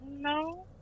No